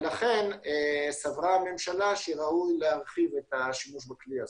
לכן סברה הממשלה שראוי להרחיב את השימוש בכלי הזה.